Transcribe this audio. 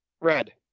Red